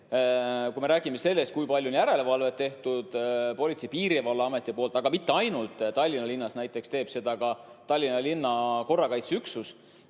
Kui me räägime sellest, kui palju on järelevalvet teinud Politsei‑ ja Piirivalveamet, aga mitte ainult, Tallinna linnas näiteks teeb seda ka Tallinna linna korrakaitseüksus,